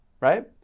right